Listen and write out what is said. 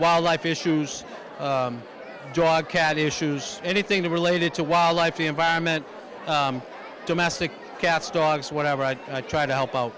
wildlife issues dog cat is shoes anything related to wildlife environment domestic cats dogs whatever and i try to help out